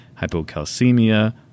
hypocalcemia